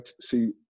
see